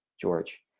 George